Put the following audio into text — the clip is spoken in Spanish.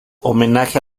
homenaje